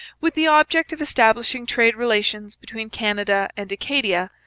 with the object of establishing trade relations between canada and acadia,